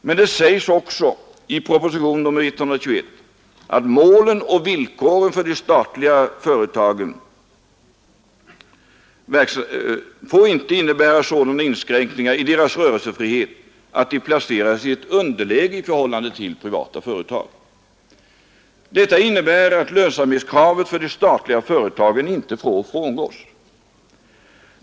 Men det sägs också i proposition nr 121 att målen och villkoren för de statliga företagen inte får innebära sådana inskränkningar i deras rörelsefrihet att de placeras i underläge i förhållande till privata företag. Detta innebär att lönsamhetskravet för de statliga företagen inte får frångås.